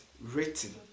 written